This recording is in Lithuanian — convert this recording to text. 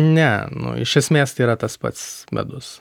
ne nu iš esmės tai yra tas pats medus